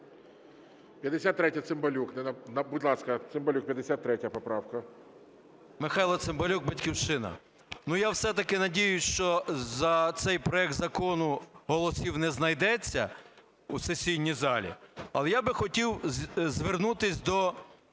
53-а, Цимбалюк. Будь ласка, Цимбалюк, 53 поправка. 14:08:25 ЦИМБАЛЮК М.М. Михайло Цимбалюк, "Батьківщина". Ну, я все-таки надіюсь, що за цей проект закону голосів не знайдеться у сесійній залі. Але я би хотів звернутись до